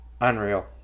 Unreal